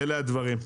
אלה הדברים.